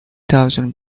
thousand